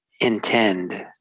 intend